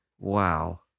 Wow